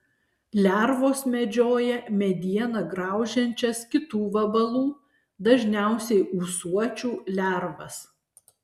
lervos medžioja medieną graužiančias kitų vabalų dažniausiai ūsuočių lervas